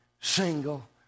single